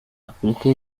afurika